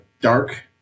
dark